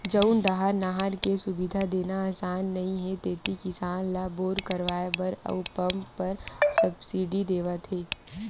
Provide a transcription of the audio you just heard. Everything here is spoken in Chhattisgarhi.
जउन डाहर नहर के सुबिधा देना असान नइ हे तेती किसान ल बोर करवाए बर अउ पंप बर सब्सिडी देवत हे